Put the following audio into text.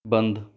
बंद